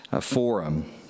Forum